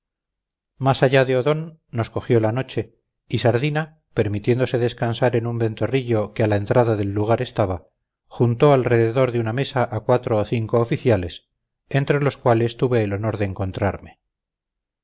más allá de odón nos cogió la noche y sardina permitiéndose descansar en un ventorrillo que a la entrada del lugar estaba juntó alrededor de una mesa a cuatro o cinco oficiales entre los cuales tuve el honor de encontrarme